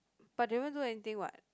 but do you want do anything what